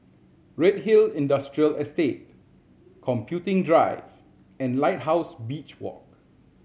Redhill Industrial Estate Computing Drive and Lighthouse Beach Walk